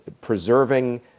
preserving